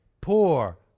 poor